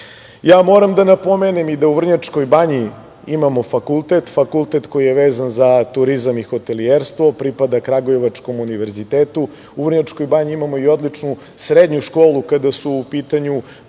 projekta. Moram da napomenem i da u Vrnjačkoj banji imamo fakultet, fakultet koji je vezan za turizam i hotelijerstvo, pripada kragujevačkom univerzitetu. U Vrnjačkoj banji imamo i odlučnu srednju školu kada su u pitanju